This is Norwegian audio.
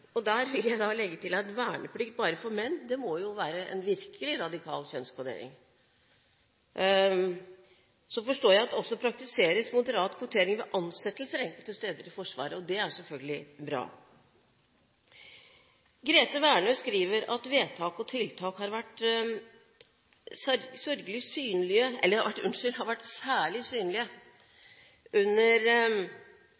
Der vil jeg legge til at verneplikt bare for menn virkelig er radikal kjønnskvotering. Så forstår jeg at det praktiseres moderat kvotering ved ansettelser enkelte steder i Forsvaret, og det er selvfølgelig bra. Grethe Værnø skriver at vedtak og tiltak har vært særlig synlig under de fire kvinnelige forsvarsministrene vi har